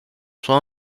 sont